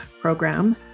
program